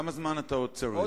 כמה זמן אתה עוד צריך?